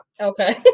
Okay